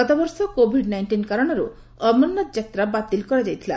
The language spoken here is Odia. ଗତବର୍ଷ କୋଭିଡ୍ ନାଇଣ୍ଟିନ୍ କାରଣରୁ ଅମରନାଥ ଯାତ୍ରା ବାତିଲ କରାଯାଇଥିଲା